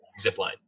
zipline